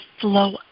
flow